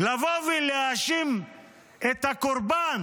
לבוא ולהאשים את הקורבן